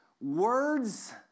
Words